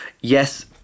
yes